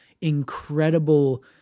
incredible